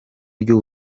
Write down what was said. ry’u